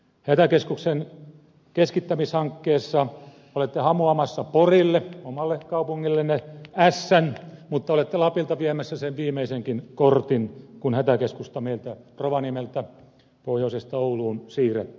hätäkeskuksen keskittämishankkeessa olette hamuamassa porille omalle kaupungillenne ässän mutta olette lapilta viemässä sen viimeisenkin kortin kun hätäkeskusta meiltä rovaniemeltä pohjoisesta ouluun siirrätte